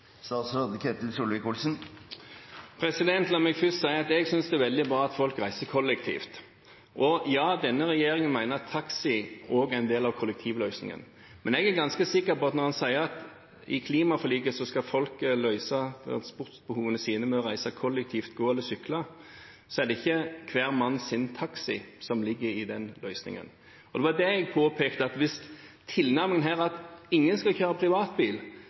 La meg først si at jeg synes det er veldig bra at folk reiser kollektivt, og ja, denne regjeringen mener at taxi også er en del av kollektivløsningen. Men jeg er ganske sikker på at når en i klimaforliket sier at folk skal løse transportbehovene sine ved å reise kollektivt, gå eller sykle, er det ikke hver mann sin taxi som ligger i den løsningen. Det var det jeg påpekte, at hvis tilnærmingen her er at ingen skal kjøre privatbil,